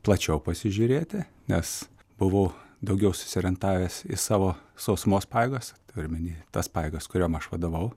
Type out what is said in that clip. plačiau pasižiūrėti nes buvau daugiau susiorientavęs į savo sausumos pajėgas turiu omeny tas pajėgas kurioms aš vadovavau